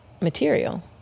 material